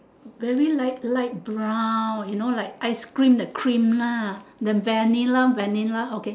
very light light brown you know like ice cream the cream lah the vanilla vanilla okay